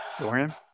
Dorian